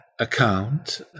Account